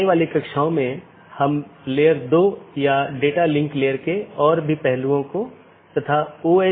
धीरे धीरे हम अन्य परतों को देखेंगे जैसे कि हम ऊपर से नीचे का दृष्टिकोण का अनुसरण कर रहे हैं